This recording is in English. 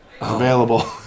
available